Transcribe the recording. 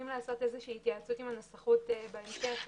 וי"ו החיבור